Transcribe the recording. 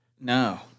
No